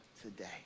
today